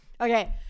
okay